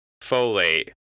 folate